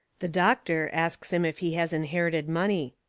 the doctor asts him if he has inherited money.